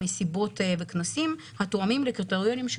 מסיבות וכנסים התואמים לקריטריונים שפורטו.